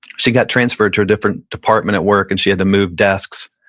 she got transferred to a different department at work and she had to move desks.